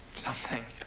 something.